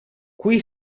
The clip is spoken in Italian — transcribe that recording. qui